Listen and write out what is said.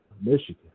Michigan